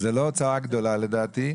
זו לא הוצאה גדולה, לדעתי.